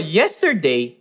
yesterday